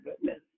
goodness